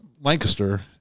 Lancaster